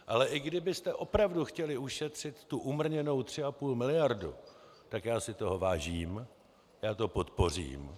Ale i kdybyste opravdu chtěli ušetřit ty umrněné 3,5 miliardy, tak já si toho vážím, já to podpořím.